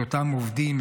את אותם עובדים,